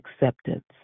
acceptance